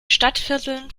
stadtvierteln